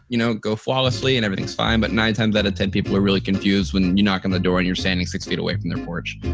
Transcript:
you know, go flawlessly and everything's fine. but nine times out of ten people are really confused when you knock on the door and you're standing six feet away from their porch.